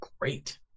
great